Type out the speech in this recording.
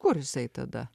kur jisai tada